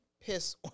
piss